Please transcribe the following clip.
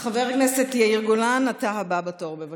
חבר הכנסת יאיר גולן, אתה הבא בתור, בבקשה.